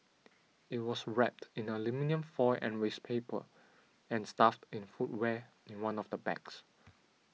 it was wrapped in aluminium foil and waste paper and stuffed in footwear in one of the bags